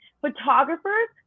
photographers